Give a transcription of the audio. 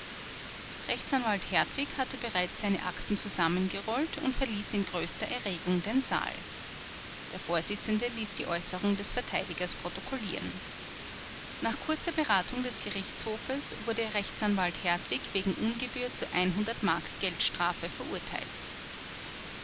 rechtsanwalt hertwig hatte bereits seine akten zusammengerollt sammengerollt und verließ in größter erregung den saal der vorsitzende ließ die äußerung des verteidigers protokollieren nach kurzer beratung des gerichtshofes wurde rechtsanwalt hertwig wegen ungebühr zu mark geldstrafe verurteilt